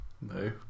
no